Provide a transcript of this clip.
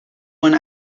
one